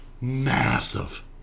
Massive